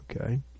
Okay